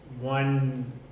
one